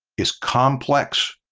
is complex.